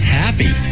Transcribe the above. happy